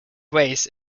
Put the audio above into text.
ways